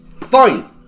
Fine